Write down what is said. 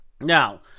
Now